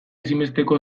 ezinbesteko